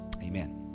Amen